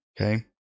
Okay